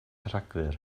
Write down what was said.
rhagfyr